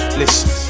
listen